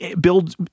build